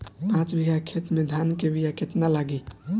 पाँच बिगहा खेत में धान के बिया केतना लागी?